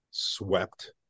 swept